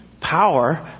power